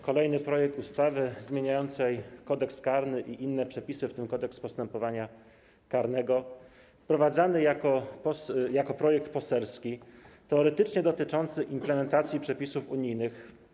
Kolejny projekt ustawy zmieniającej Kodeks karny i inne przepisy, w tym Kodeks postępowania karnego, wprowadzany jako projekt poselski, teoretycznie dotyczący implementacji przepisów unijnych.